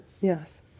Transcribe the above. yes